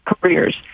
careers